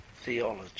theology